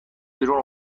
بیرون